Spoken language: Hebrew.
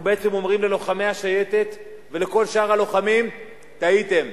אנחנו בעצם אומרים ללוחמי השייטת ולכל שאר הלוחמים: טעיתם.